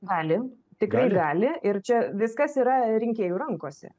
gali tikrai gali ir čia viskas yra rinkėjų rankose